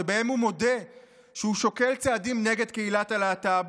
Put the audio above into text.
שבהן הוא מודה שהוא שוקל צעדים נגד קהילת הלהט"ב,